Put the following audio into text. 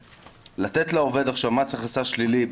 לתת לעובד עכשיו מס הכנסה שלילי,